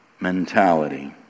mentality